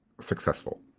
successful